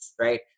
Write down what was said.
right